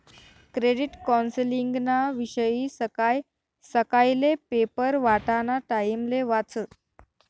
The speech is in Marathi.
क्रेडिट कौन्सलिंगना विषयी सकाय सकायले पेपर वाटाना टाइमले वाचं